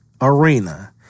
arena